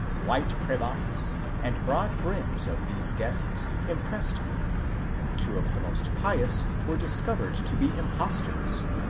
white cravats, and broad-brims of these guests impressed me two of the most pious were discovered to be impostors,